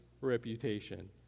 reputation